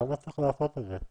למה צריך לעשות את זה.